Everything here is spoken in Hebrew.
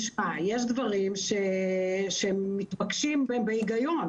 יש דברים שהם מתבקשים בהגיון,